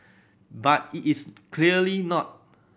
but it is clearly not